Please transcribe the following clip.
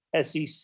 SEC